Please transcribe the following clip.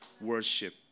Worship